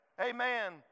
amen